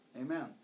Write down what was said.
Amen